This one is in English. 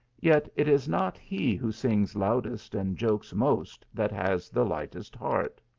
yet it is not he who sings loudest and jokes most that has the lightest heart,